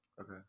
Okay